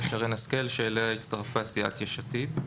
שרן השכל שאליה הצטרפה סיעת יש עתיד.